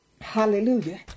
Hallelujah